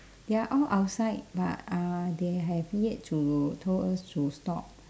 they're all outside but uh they have yet to told us to stop